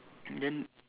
and then